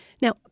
Now